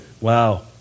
Wow